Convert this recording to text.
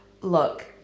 Look